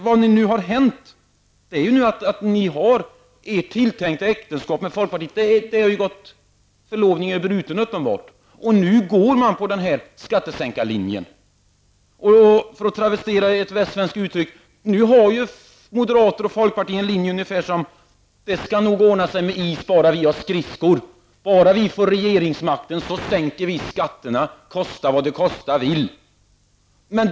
Vad som nu har hänt är att ni inte har ert tilltänkta äktenskap med folkpartiet; förlovningen är ju uppenbarligen bruten. Nu går folkpartiet på skattesänkarlinjen. Nu driver ju moderater och folkpartister den linjen att -- för att travestera ett västsvenskt uttryck: Det skall nog ordna sig med is bara vi har skridskor. Bara vi får regeringsmakten sänker vi skatten; kosta vad det kosta vill.